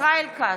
ישראל כץ,